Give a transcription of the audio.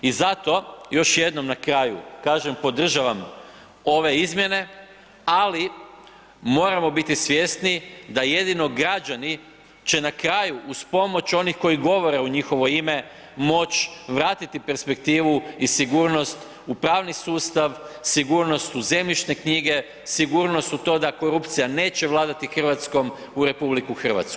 I zato još jednom na kraju kažem podržavam ove izmjene, ali moramo biti svjesni da jedino građani će na kraju uz pomoć onih koji govore u njihovo ime moći vratiti perspektivu i sigurnost u pravni sustav, sigurnost u zemljišne knjige, sigurnost u to da korupcija neće vladati Hrvatskom, u RH.